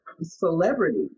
celebrity